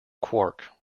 quark